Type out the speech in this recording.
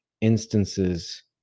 instances